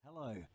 Hello